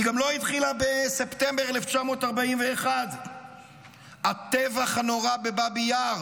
היא גם לא התחילה בספטמבר 1941 בטבח הנורא בבאבי יאר,